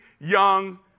young